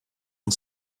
and